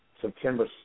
September